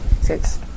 Six